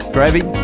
Gravy